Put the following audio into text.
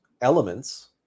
elements